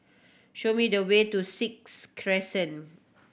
show me the way to Sixth Crescent